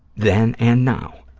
then and now,